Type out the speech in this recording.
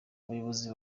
abayobozi